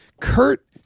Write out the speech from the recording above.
Kurt